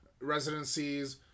residencies